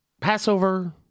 Passover